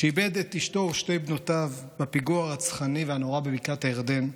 שאיבד את אשתו ושתי בנותיו בפיגוע הרצחני והנורא בבקעת הירדן,